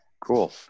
Cool